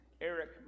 Eric